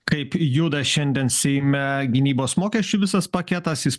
kaip juda šiandien seime gynybos mokesčių visas paketas jis